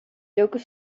doken